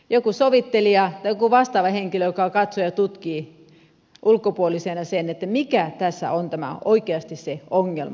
joku sovittelija joku vastaava henkilö joka katsoo ja tutkii ulkopuolisena sen mikä tässä on oikeasti se ongelma